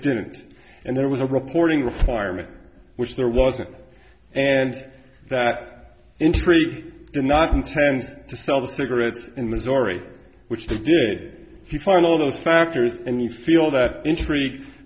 didn't and there was a reporting requirement which there wasn't and that in three did not intend to sell the cigarettes in missouri which they did he find all of those factors and you feel that intrigue